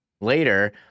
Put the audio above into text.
later